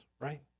right